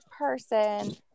person